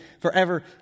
forever